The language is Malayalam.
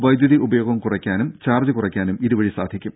വൈദ്യുതി ഉപയോഗം കുറയ്ക്കാനും ചാർജ്ജ് കുറയ്ക്കാനും ഇതുവഴി സാധിക്കും